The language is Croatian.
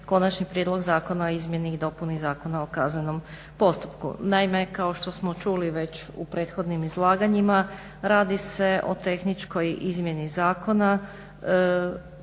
Konačni prijedlog zakona o izmjeni i dopuni Zakona o kaznenom postupku. naime, kao što smo čuli već u prethodnim izlaganjima radi se o tehničkoj izmjeni zakona